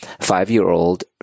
five-year-old